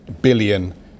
billion